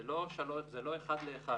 זה לא אחד לאחד.